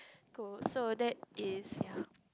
go so that is ya